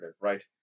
right